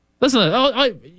Listen